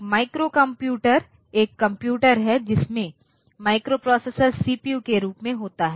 एक micro computer एक computer है जिसमे माइक्रोप्रोसेसर सीपीयू के रूप में होता है